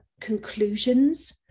conclusions